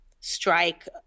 strike